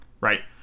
right